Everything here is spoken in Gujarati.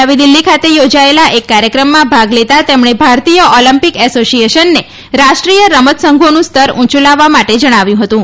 નવી દિલ્હી ખાતે યોજાયલા એક કાર્યક્રમમાં ભાગ લેતા તેમણે ભારતીય ઓલિમ્પિક એસોસિએશનને રાષ્ટ્રીય રમતસંઘોનું સ્તર ઊયું લાવવા માટે જણાવ્યું હતું